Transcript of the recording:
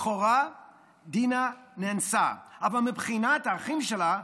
לכאורה דינה נאנסה, אבל מבחינת האחים שלה,